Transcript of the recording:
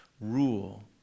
rule